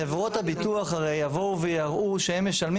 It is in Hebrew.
חברות הביטוח הרי יבואו ויראו שהם ישלמו